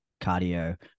cardio